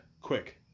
quick